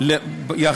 אתה